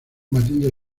matilde